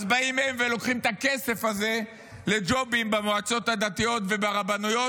הם באים ולוקחים את הכסף הזה לג'ובים במועצות הדתיות וברבנויות,